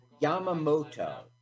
Yamamoto